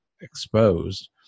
exposed